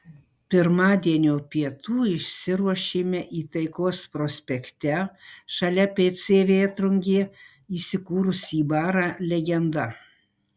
pirmadienio pietų išsiruošėme į taikos prospekte šalia pc vėtrungė įsikūrusį barą legenda